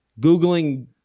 Googling